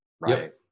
right